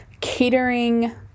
catering